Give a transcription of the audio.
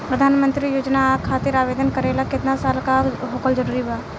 प्रधानमंत्री योजना खातिर आवेदन करे ला केतना साल क होखल जरूरी बा?